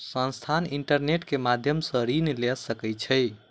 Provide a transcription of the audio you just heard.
संस्थान, इंटरनेट के माध्यम सॅ ऋण लय सकै छै